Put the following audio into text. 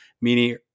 meaning